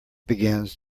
begins